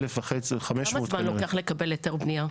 כמה זמן לוקח לקבל היתר בנייה?